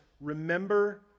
remember